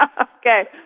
Okay